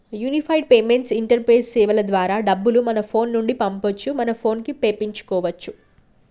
unified payments interface సేవల ద్వారా డబ్బులు మన ఫోను నుండి పంపొచ్చు మన పోనుకి వేపించుకోచ్చు